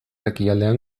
ekialdean